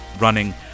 running